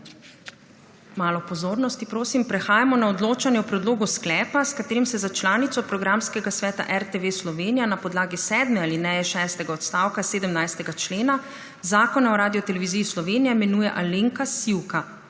Malo pozornosti prosim. Prehajamo na odločanje o predlogu sklepa, s katerim se za članico programskega sveta RTV Slovenija na podlagi sedme alineje šestega odstavka 17. člena Zakona o Radioteleviziji Slovenija imenuje Alenka Sivka,